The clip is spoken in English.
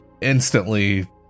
instantly